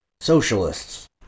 socialists